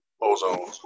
Ozone